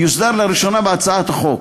ויוסדר לראשונה בהצעת החוק.